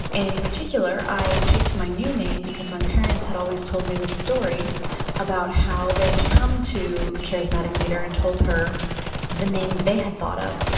in particular i picked my new name because my parents had always told me the story about how they had come to the charismatic leader and told her the name that they had thought of.